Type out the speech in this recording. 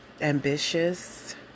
ambitious